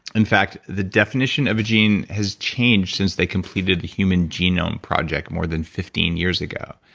in fact, the definition of a gene has changed since they completed the human genome project more than fifteen years ago.